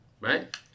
right